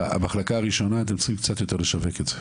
המחלקה הראשונה אתם צריכים קצת יותר לשווק את זה.